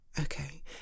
okay